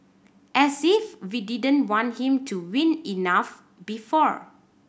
as if we didn't want him to win enough before